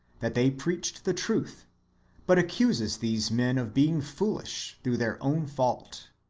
that they preached the truth but accuses these men of being foolish through their own fault.